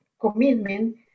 commitment